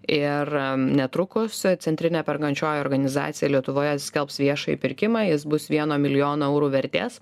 ir netrukus centrinė perkančioji organizacija lietuvoje skelbs viešąjį pirkimą jis bus vieno milijono eurų vertės